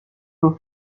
who